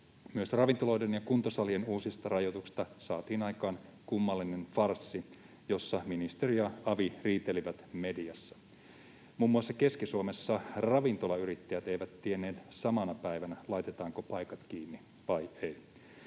Myös ravintoloiden ja kuntosalien uusista rajoituksista saatiin aikaan kummallinen farssi, jossa ministeri ja avi riitelivät mediassa. Muun muassa Keski-Suomessa ravintolayrittäjät eivät tienneet samana päivänä, laitetaanko paikat kiinni vai ei.